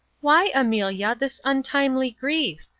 why, amelia, this untimely grief?